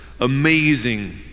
amazing